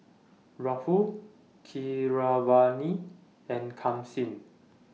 Rahul Keeravani and Kanshi